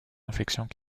infections